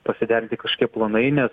pasiderinti kažkokie planai nes